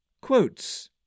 Quotes